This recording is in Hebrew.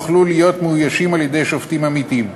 יוכלו להיות מאוישים על-ידי שופטים עמיתים.